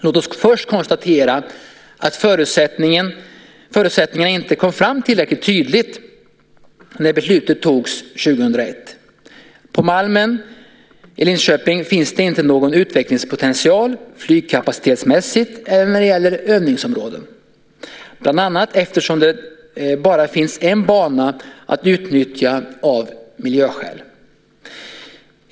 Låt oss först konstatera att förutsättningarna inte kom fram tillräckligt tydligt när beslutet togs 2001. På Malmen i Linköping finns det inte någon utvecklingspotential flygkapacitetsmässigt eller när det gäller övningsområden, bland annat eftersom det bara finns en bana att utnyttja av miljöskäl.